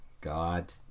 god